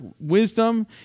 wisdom